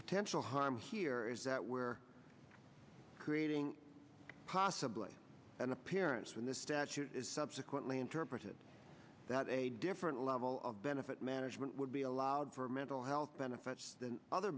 potential harm here is that we're creating possibly an appearance when the statute is subsequently interpreted that a different level of benefit management would be allowed for mental health benefits than other